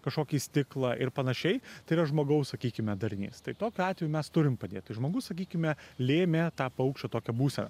kažkokį stiklą ir panašiai tai yra žmogaus sakykime darinys tai tokiu atveju mes turim padėti žmogus sakykime lėmė tą paukščio tokią būseną